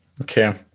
okay